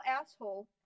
asshole